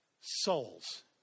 souls